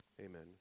Amen